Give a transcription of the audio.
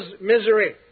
misery